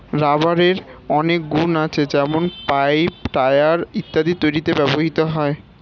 রাবারের অনেক গুন আছে যেমন পাইপ, টায়র ইত্যাদি তৈরিতে ব্যবহৃত হয়